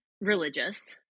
religious